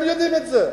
הם יודעים את זה.